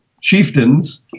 chieftains